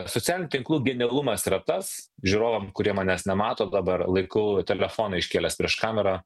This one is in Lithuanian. socialinių tinklų genialumas yra tas žiūrovam kurie manęs nemato dabar laikau telefoną iškėlęs prieš kamerą